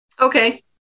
Okay